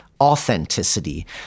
authenticity